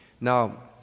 Now